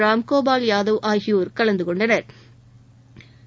ராம்கோபால் யாதவ் ஆகியோா் கலந்துகொண்டனா்